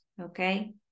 okay